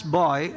boy